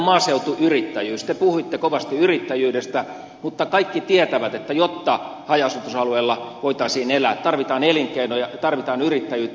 te puhuitte kovasti yrittäjyydestä mutta kaikki tietävät että jotta haja asutusalueella voitaisiin elää tarvitaan elinkeinoja tarvitaan yrittäjyyttä